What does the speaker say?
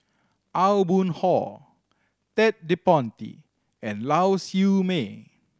Aw Boon Haw Ted De Ponti and Lau Siew Mei